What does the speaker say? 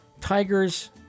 Tigers